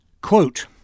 Quote